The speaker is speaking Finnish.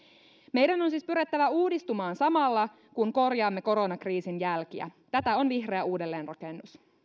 meidän on siis pyrittävä uudistumaan samalla kun korjaamme koronakriisin jälkiä tätä on vihreä uudelleenrakennus